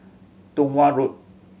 Tong Watt Road